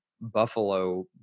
Buffalo